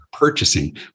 Purchasing